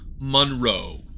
Monroe